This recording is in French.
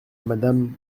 madame